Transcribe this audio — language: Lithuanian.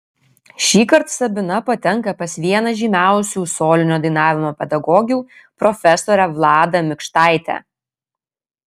šįkart sabina patenka pas vieną žymiausių solinio dainavimo pedagogių profesorę vladą mikštaitę